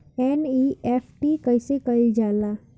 NEFT कइसे कइल जाला?